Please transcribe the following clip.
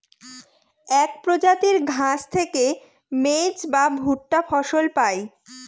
এক প্রজাতির ঘাস থেকে মেজ বা ভুট্টা ফসল পায়